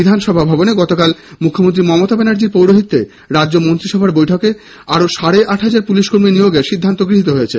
বিধানসভা ভবনে গতকাল মুখ্যমন্ত্রী মমতা ব্যানার্জির পৌরহিত্যে রাজ্য মন্ত্রিসভার বৈঠকে আরো সাড়ে আট হাজার পুলিশ কর্মী নিয়োগের সিদ্ধান্ত গৃহীত হয়েছে